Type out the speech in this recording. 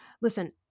Listen